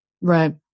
Right